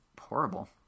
horrible